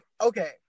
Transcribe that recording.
okay